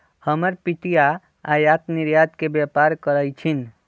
हमर पितिया आयात निर्यात के व्यापार करइ छिन्ह